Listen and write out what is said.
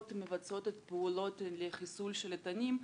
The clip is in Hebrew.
מבצעות את הפעולות האלה לחיסול של התנים.